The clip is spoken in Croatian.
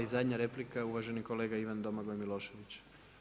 I zadnja replika uvaženi kolega Ivan Domagoj Milošević.